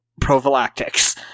prophylactics